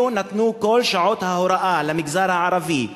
אילו ניתנו כל שעות ההוראה למגזר הערבי,